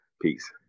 Peace